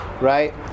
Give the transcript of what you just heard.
right